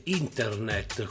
internet